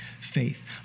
faith